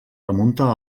remunta